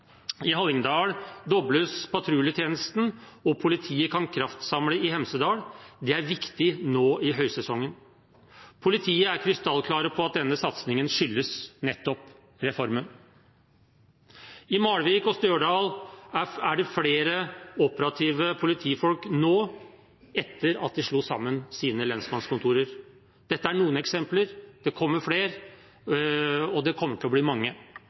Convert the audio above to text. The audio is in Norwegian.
I Hallingdal dobles patruljetjenesten, og politiet kan kraftsamle i Hemsedal. Det er viktig nå i høysesongen. Politiet er krystallklare på at denne satsingen skyldes nettopp reformen. I Malvik og Stjørdal er det flere operative politifolk nå, etter at de slo sammen sine lensmannskontorer. Dette er noen eksempler. Det kommer flere, og det kommer til å bli mange